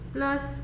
Plus